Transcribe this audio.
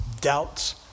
doubts